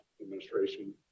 administration